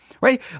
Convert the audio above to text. right